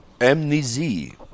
amnesia